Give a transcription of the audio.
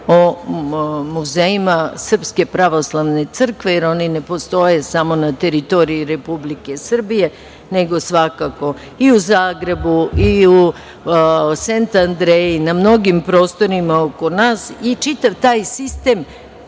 o muzejima Srpske pravoslavne crkve, jer oni ne postoje samo na teritoriji Republike Srbije, nego svakako i u Zagrebu, i u Sent Andreji, na mnogim prostorima oko nas i čitav taj sistem